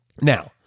Now